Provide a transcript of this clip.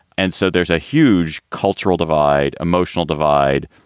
and so there's a huge cultural divide, emotional divide,